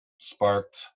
sparked